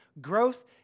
Growth